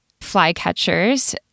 flycatchers